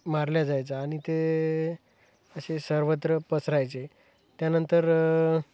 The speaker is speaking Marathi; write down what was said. मारले जायचा आणि ते असे सर्वत्र पसरायचे त्यानंतर